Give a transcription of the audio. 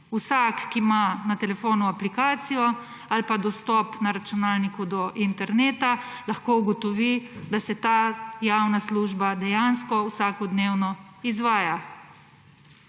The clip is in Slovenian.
Vsak, ki ima na telefonu aplikacijo ali pa dostop na računalniku do interneta, lahko ugotovi, da se ta javna služba dejansko vsakodnevno izvaja.